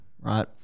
right